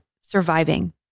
surviving